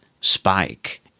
spike